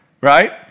Right